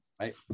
Right